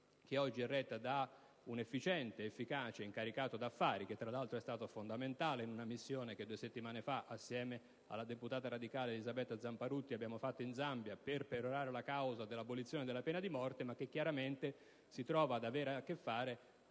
oggi è retta da un efficiente ed efficace incaricato d'affari - che, peraltro, è stato fondamentale in una missione che due settimane fa, assieme alla deputata radicale, Elisabetta Zamparutti, abbiamo fatto nello Zambia per perorare la causa della abolizione della pena di morte - il quale si trova ad avere a che fare